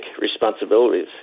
responsibilities